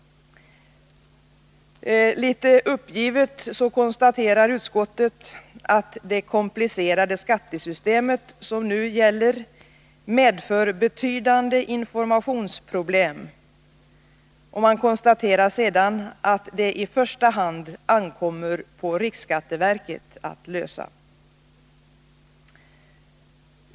Litet uppgivet konstaterar utskottet att det komplicerade skattesystem som nu gäller medför betydande informationsproblem, och man konstaterar sedan att det i första hand ankommer på riksskatteverket att lösa dem.